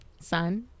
sun